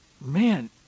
man